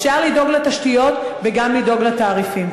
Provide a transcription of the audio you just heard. אפשר לדאוג לתשתיות וגם לדאוג לתעריפים.